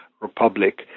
republic